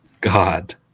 God